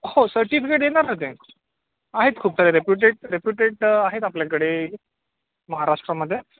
हो सर्टिफिकेट देणार ना ते आहेत खूप साऱ्या रेपुटेड रेपुटेड आहेत आपल्याकडे महाराष्ट्रामध्ये